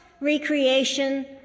recreation